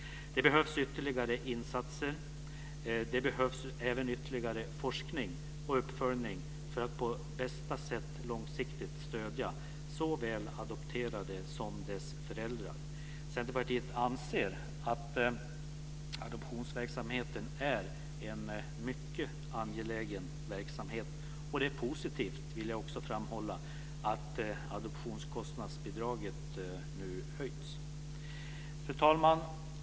Det behövs ytterligare insatser. Det behövs även ytterligare forskning och uppföljning för att på bästa sätt långsiktigt stödja såväl den adopterade som föräldrar. Centerpartiet anser att adoptionsverksamheten är en mycket angelägen verksamhet. Det är positivt, det vill jag också framhålla, att adoptionskostnadsbidraget nu höjts. Fru talman!